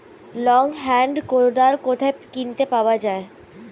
Long hand কোদাল কোথায় কিনতে পাওয়া যায়?